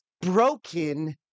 broken